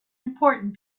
important